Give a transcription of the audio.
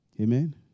Amen